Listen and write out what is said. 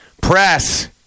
press